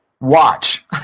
Watch